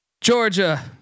Georgia